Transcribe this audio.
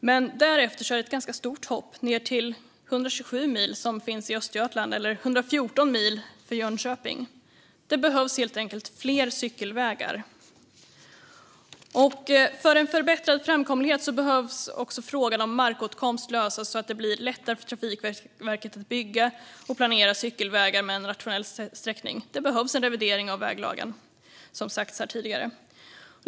Men därefter är det ett ganska stort hopp ned till 127 mil i Östergötland och 114 mil i Jönköping. Det behövs helt enkelt fler cykelvägar. För en förbättrad framkomlighet behöver också frågan om markåtkomst lösas, så att det blir lättare för Trafikverket att planera och bygga cykelvägar med en rationell sträckning. Det behövs en revidering av väglagen, vilket har sagts här tidigare.